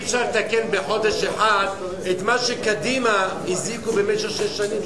אי-אפשר לתקן בחודש אחד את מה שקדימה הזיקו במשך שש שנים,